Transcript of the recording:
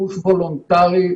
שימוש וולונטרי.